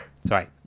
sorry